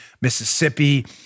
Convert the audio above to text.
Mississippi